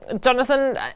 Jonathan